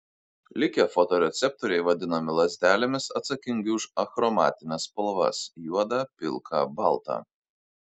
likę fotoreceptoriai vadinami lazdelėmis atsakingi už achromatines spalvas juodą pilką baltą